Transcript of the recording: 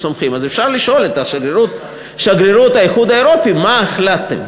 אז אפשר לשאול את שגרירות האיחוד האירופי מה החלטתם.